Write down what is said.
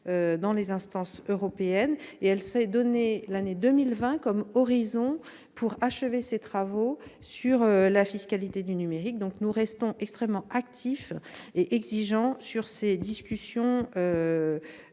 sein des instances européennes. La s'est donné l'année 2020 comme horizon pour achever ses travaux sur la fiscalité du numérique. Nous restons extrêmement actifs et exigeants sur ces discussions